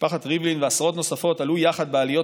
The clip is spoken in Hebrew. משפחת ריבלין ועשרות נוספות עלו יחד בעליות